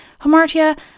Hamartia